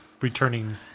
returning